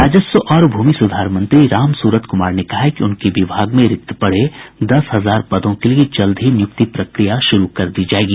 राजस्व और भूमि सुधार मंत्री राम सूरत कुमार ने कहा है कि उनके विभाग में रिक्त पड़े दस हजार पदों के लिए जल्द ही निय्रक्ति प्रक्रिया शुरू कर दी जायेगी